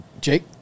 Jake